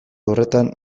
horretan